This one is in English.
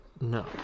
No